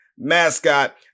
Mascot